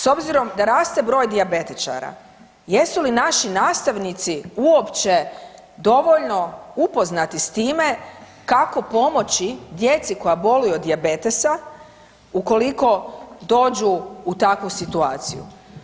S obzirom da raste broj dijabetičara, jesu li naši nastavnici uopće dovoljno upoznati s time kako pomoći djeci koja boluju od dijabetesa ukoliko dođu u takvu situaciju?